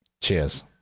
Cheers